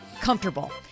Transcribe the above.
comfortable